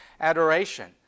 adoration